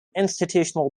institutional